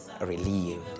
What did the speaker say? relieved